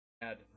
add